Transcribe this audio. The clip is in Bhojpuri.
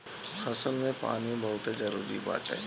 फसल में पानी बहुते जरुरी बाटे